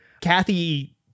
kathy